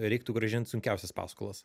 reiktų grąžint sunkiausias paskolas